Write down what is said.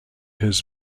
his